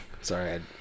Sorry